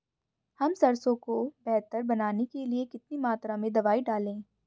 हम सरसों को बेहतर बनाने के लिए कितनी मात्रा में दवाई डालें?